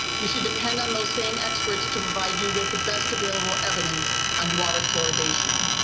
you should depend on those same experts to provide you with the best available evidence on water fluoridation.